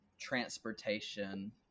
transportation